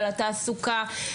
על התעסוקה,